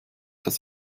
das